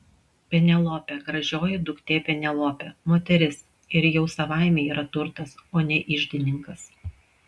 penelopė gražioji duktė penelopė moteris ir jau savaime yra turtas o ne iždininkas